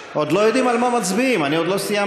עוד לא יודעים על מה מצביעים, אני עוד לא סיימתי.